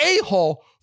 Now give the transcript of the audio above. a-hole